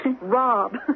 Rob